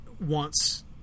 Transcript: wants